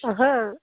ओहो